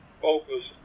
focus